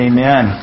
Amen